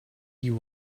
you